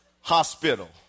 hospital